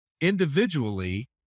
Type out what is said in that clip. individually